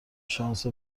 شانس